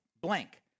blank